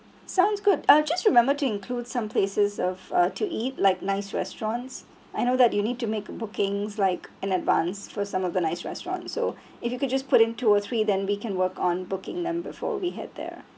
sounds good uh just remember to include some places of uh to eat like nice restaurants I know that you need to make bookings like in advance for some of the nice restaurants so if you could just put in two or three then we can work on booking them before we hit there